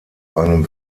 einem